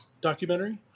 documentary